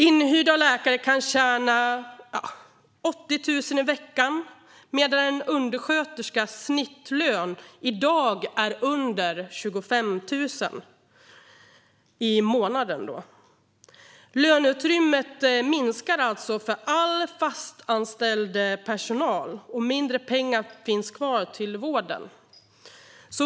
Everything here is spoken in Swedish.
Inhyrda läkare kan tjäna 80 000 i veckan medan en undersköterskas snittlön i dag är under 25 000 i månaden. Löneutrymmet minskar alltså för all fast anställd personal, och mindre pengar finns kvar till vården.